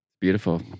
Beautiful